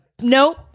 nope